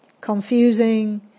confusing